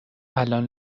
الان